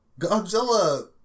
Godzilla